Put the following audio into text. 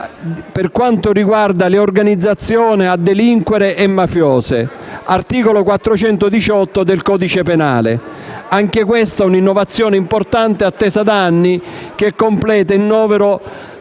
per quanto riguarda le organizzazioni a delinquere e mafiose (articolo 418 del codice penale). Anche questa è un'innovazione importante, attesa da anni, che completa il novero